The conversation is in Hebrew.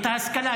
את ההשכלה,